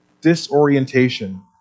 disorientation